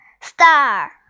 star